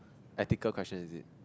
ethical question is it